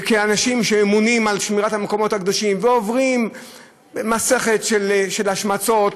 אנשים שאמונים על שמירת המקומות הקדושים ועוברים מסכת של השמצות,